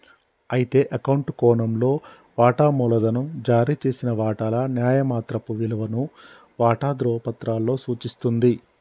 అయితే అకౌంట్ కోణంలో వాటా మూలధనం జారీ చేసిన వాటాల న్యాయమాత్రపు విలువను వాటా ధ్రువపత్రాలలో సూచిస్తుంది